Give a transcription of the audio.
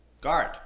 guard